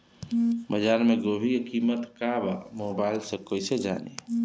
बाजार में गोभी के कीमत का बा मोबाइल से कइसे जानी?